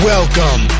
Welcome